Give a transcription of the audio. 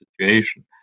situation